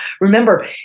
Remember